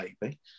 baby